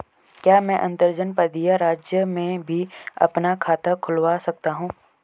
क्या मैं अंतर्जनपदीय राज्य में भी अपना खाता खुलवा सकता हूँ?